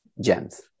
gems